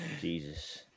Jesus